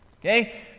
Okay